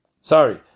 sorry